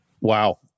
Wow